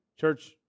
Church